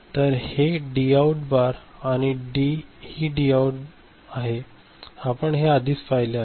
तर हे D out bar आणि ही डी आऊट आहे आपण हे आधीच पाहिले आहे